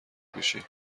پوشی